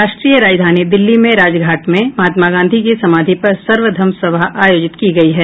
राष्ट्रीय राजधानी दिल्ली में राजघाट में महात्मा गांधी की समाधि पर सर्वधर्म सभा आयोजित की गई है